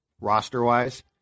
Roster-wise